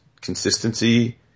consistency